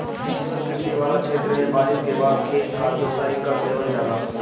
शुष्क कृषि वाला क्षेत्र में बारिस के बाद खेत क जोताई कर देवल जाला